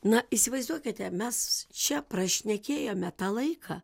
na įsivaizduokite mes čia prašnekėjome tą laiką